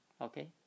okay